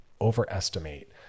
overestimate